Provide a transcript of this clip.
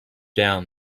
down